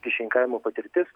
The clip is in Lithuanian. kyšininkavimo patirtis